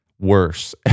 worse